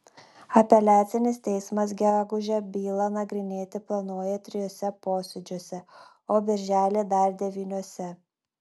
apeliacinis teismas gegužę bylą nagrinėti planuoja trijuose posėdžiuose o birželį dar devyniuose